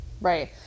Right